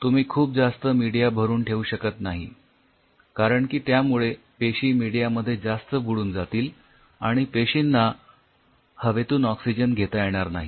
तुम्ही खूप जास्त मीडिया भरून ठेवू शकत नाही कारण यामुळे पेशी मीडिया मध्ये जास्त बुडून जातील आणि पेशींना हवेतून ऑक्सिजन घेता येणार नाही